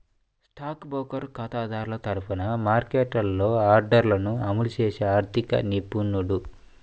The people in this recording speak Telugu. స్టాక్ బ్రోకర్ ఖాతాదారుల తరపున మార్కెట్లో ఆర్డర్లను అమలు చేసే ఆర్థిక నిపుణుడు